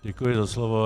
Děkuji za slovo.